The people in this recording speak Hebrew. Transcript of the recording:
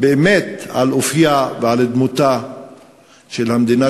אמיתי על אופייה ועל דמותה של המדינה,